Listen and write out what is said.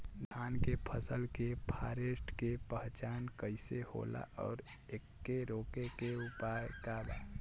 धान के फसल के फारेस्ट के पहचान कइसे होला और एके रोके के उपाय का बा?